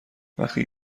وقتی